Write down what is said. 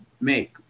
make